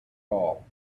all